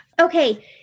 Okay